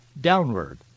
downward